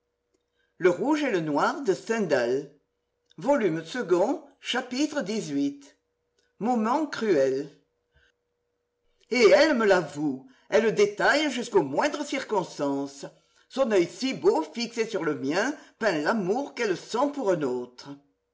chapitre xviii moments cruels et elle me l'avoue elle détaille jusqu'aux moindres circonstances son oeil si beau fixé sur le mien peint l'amour qu'elle sent pour un autre